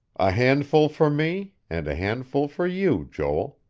a handful for me, and a handful for you, joel.